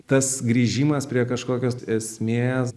tas grįžimas prie kažkokios esmės